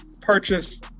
purchase